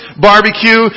barbecue